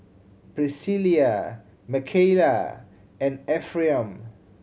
Pricilla Mckayla and Ephriam